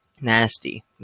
nasty